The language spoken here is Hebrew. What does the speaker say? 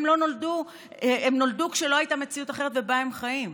הם נולדו כשלא הייתה מציאות אחרת, ובה הם חיים.